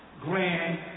grand